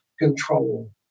control